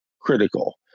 critical